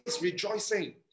rejoicing